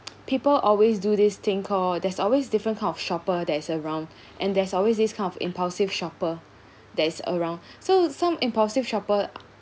people always do this thing called there's always different kind of shopper there is around and there's always this kind of impulsive shopper that is around so some impulsive shopper